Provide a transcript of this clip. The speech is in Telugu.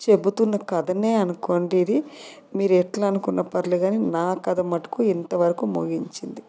చెబుతున్న కథనే అనుకోండి ఇది మీరు ఎట్లా అనుకున్న పర్లే కాని నా కథ మటుకు ఇంత వరకు ముగించింది